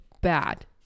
bad